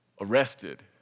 arrested